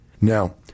Now